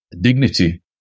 dignity